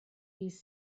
these